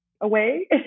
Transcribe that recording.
away